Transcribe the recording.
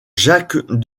jacques